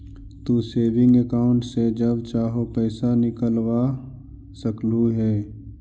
तू saving account से जब चाहो पैसे निकलवा सकलू हे